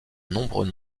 nombreux